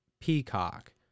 Peacock